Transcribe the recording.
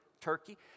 Turkey